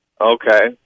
okay